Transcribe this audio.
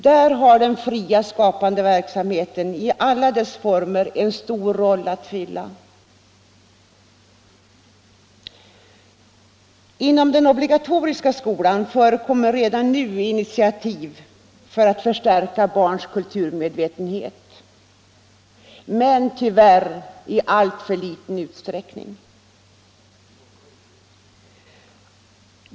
Där har den fria skapande verksamheten i alla dess former en stor roll att fylla. Inom den obligatoriska skolan förekommer redan nu initiativ för att förstärka barns kulturmedvetenhet, men tyvärr i alltför liten utsträckning.